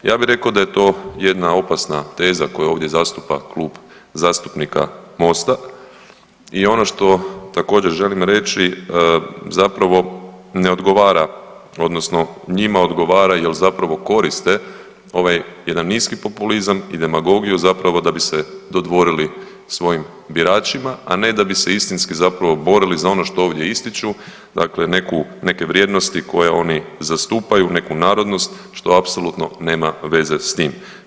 Ja bih rekao da je to jedna opasna teza koju ovdje zastupa Klub zastupnika Mosta i ono što također želim reći zapravo ne odgovara odnosno njima odgovara jer zapravo koriste ovaj jedan nisku populizam i demagogiju zapravo da bi se dodvorili svojim biračima, a ne da bi se istinski zapravo borili za ono što ovdje ističu dakle neke vrijednosti koje oni zastupaju, neku narodnost što apsolutno nema veze s tim.